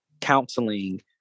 counseling